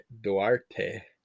Duarte